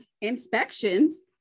inspections